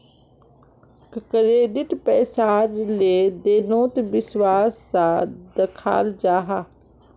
credit पैसार लें देनोत विश्वास सा दखाल जाहा